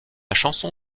chanson